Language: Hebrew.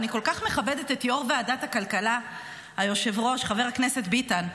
אני כל כך מכבדת את יו"ר ועדת הכלכלה חבר הכנסת דוד ביטן,